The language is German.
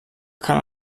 kann